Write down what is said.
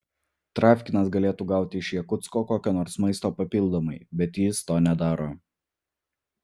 travkinas galėtų gauti iš jakutsko kokio nors maisto papildomai bet jis to nedaro